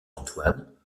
antoine